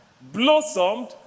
blossomed